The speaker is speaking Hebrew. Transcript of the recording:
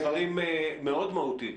הם דברים מאוד מהותיים.